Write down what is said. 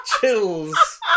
chills